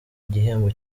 igihembo